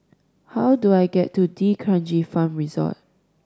how do I get to D'Kranji Farm Resort